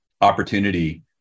opportunity